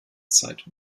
zeit